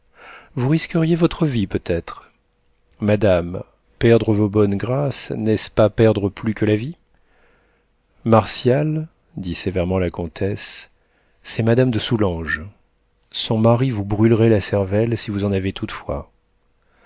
vous risqueriez votre vie peut-être madame perdre vos bonnes grâces n'est-ce pas perdre plus que la vie martial dit sévèrement la comtesse c'est madame de soulanges son mari vous brûlerait la cervelle si vous en avez toutefois